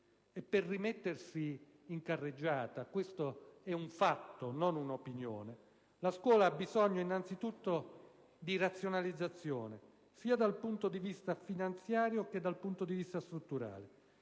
Per rimettersi in carreggiata - questo è un fatto e non un'opinione - la scuola ha bisogno innanzitutto di razionalizzazione, sia dal punto di vista finanziario che dal punto di vista strutturale.